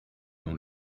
dans